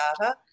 data